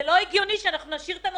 לאורך כל הדיון זלזול במה שאנחנו אומרים.